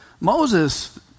Moses